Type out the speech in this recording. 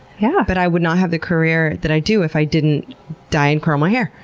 yeah but i would not have the career that i do if i didn't dye and curl my hair.